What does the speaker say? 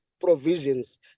provisions